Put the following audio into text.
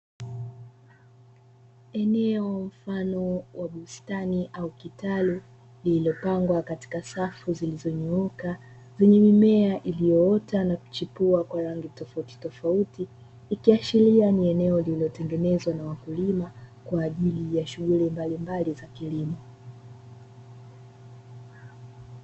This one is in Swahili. Eneo mfano wa bustani au kitalu lililopangwa katika safu zilizonyoka zenye mimea iliyoota na kuchepua kwa rangi tofauti tofauti ikiashiria ni eneo lililotengenezwa na wakulima kwa ajili ya shughuli mbalimbali za kilimo.